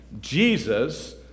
Jesus